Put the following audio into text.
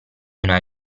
una